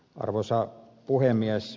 arvoisa puhemies